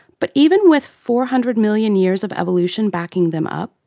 but even with four hundred million years of evolution backing them up,